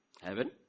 Heaven